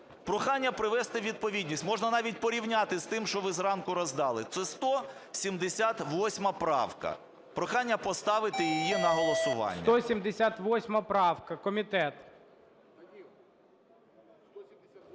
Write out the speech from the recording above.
прохання привести у відповідність. Можна навіть порівняти з тим, що ви зранку роздали. Це 178 правка. Прохання поставити її на голосування. ГОЛОВУЮЧИЙ. 178 правка. Комітет.